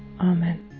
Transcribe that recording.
Amen